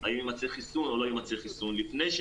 האם יימצא חיסון או לא יימצא חיסון,